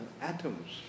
atoms